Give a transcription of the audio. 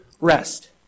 rest